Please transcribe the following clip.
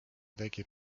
tekib